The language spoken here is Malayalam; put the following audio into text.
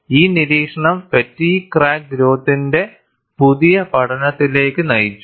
ഈ നിരീക്ഷണം ഫാറ്റിഗ്ഗ് ക്രാക്ക് ഗ്രോത്തിന്റ പുതിയ പഠനത്തിലേക്ക് നയിച്ചു